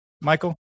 Michael